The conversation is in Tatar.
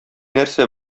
нәрсә